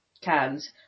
cans